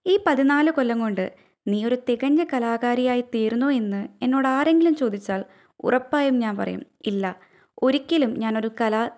ഈ പതിനാല് കൊല്ലം കൊണ്ട് നീ ഒരു തികഞ്ഞ കലാകാരിയായി തീർന്നോ എന്ന് എന്നോടാരെങ്കിലും ചോദിച്ചാൽ ഉറപ്പായും ഞാൻ പറയും ഇല്ല ഒരിക്കലും ഞാനൊരു കല